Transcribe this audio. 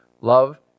Love